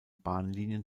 bahnlinien